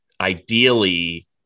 ideally